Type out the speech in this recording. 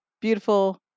beautiful